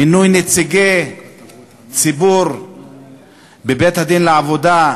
מינוי נציגי ציבור בבית-הדין לעבודה,